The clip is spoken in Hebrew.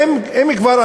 ואם כבר,